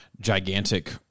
gigantic